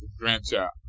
grandchild